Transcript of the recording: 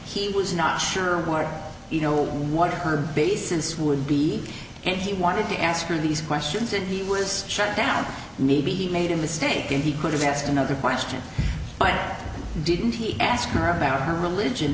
he was not sure where you know what her basis would be and he wanted to ask you these questions and he was shot down maybe he made a mistake and he could have asked another question but didn't he ask her about her religion